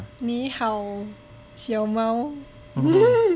你好小猫